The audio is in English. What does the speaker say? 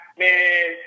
man